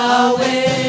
away